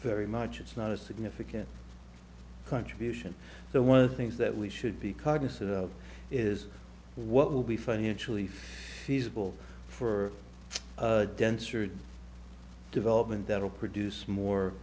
very much it's not a significant contribution so one of the things that we should be cognizant of is what will be financially feasible for denser development that will produce more